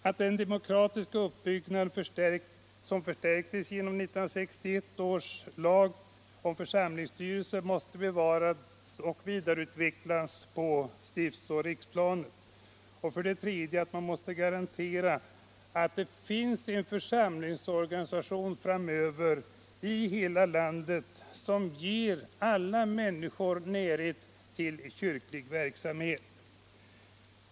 2. Den demokratiska uppbyggnaden som förstärktes genom 1961 års lag om församlingsstyrelse måste bevaras och vidareutvecklas på stiftsoch riksplanet. 3. Det måste garanteras att en församlingsorganisation kommer att finnas framöver i hela landet, som ger alla människor närhet till kyrklig verksamhet.